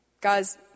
guys